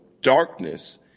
darkness